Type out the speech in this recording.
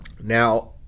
Now